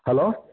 hello